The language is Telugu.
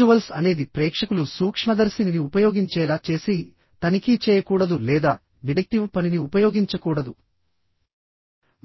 విజువల్స్ అనేది ప్రేక్షకులు సూక్ష్మదర్శినిని ఉప యోగించేలా చేసితనిఖీ చేయకూడదు లేదా డిడక్టివ్ పనిని ఉపయోగించకూడదు